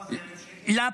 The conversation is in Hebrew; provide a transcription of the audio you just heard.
אחמד, אחמד, זה 1,000 שקל?